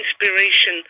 inspiration